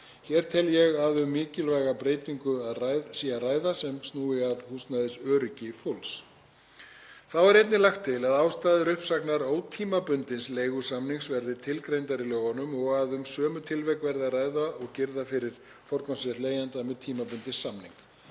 Hér tel ég að um mikilvæga breytingu sé að ræða sem snýr að húsnæðisöryggi fólks. Þá er einnig lagt til að ástæður uppsagnar ótímabundins leigusamnings verði tilgreindar í lögunum og að um sömu tilvik verði að ræða og girða fyrir forgangsrétt leigjenda með tímabundinn samning.